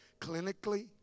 Clinically